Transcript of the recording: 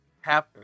half